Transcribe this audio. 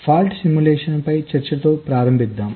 fault simulation పై చర్చతో ప్రారంభిద్దాం